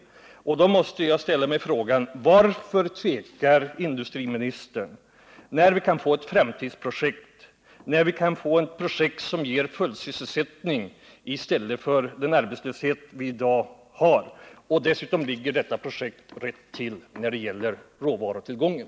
Mot den bakgrunden måste jag ställa frågan: Varför tvekar industriministern när vi kan få ett framtidsprojekt, som ger full sysselsättning, i stället för den arbetslöshet som i dag förekommer, och som dessutom ligger rätt till när det gäller att utnyttja råvarutillgången?